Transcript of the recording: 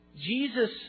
Jesus